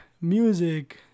music